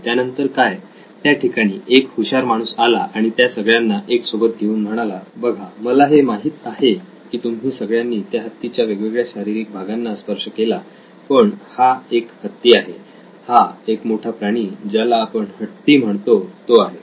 त्यानंतर काय त्या ठिकाणी एक हुशार माणूस आला आणि त्या सगळ्यांना एक सोबत घेऊन म्हणाला बघा मला हे माहीत आहे की तुम्ही सगळ्यांनी त्या हत्तीच्या वेगवेगळ्या शारीरिक भागांना स्पर्श केला पण हा एक हत्ती आहे हा एक मोठा प्राणी ज्याला आपण हत्ती म्हणतो तो आहे